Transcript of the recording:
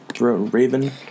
Raven